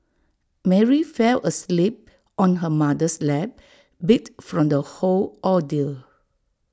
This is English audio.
Mary fell asleep on her mother's lap beat from the whole ordeal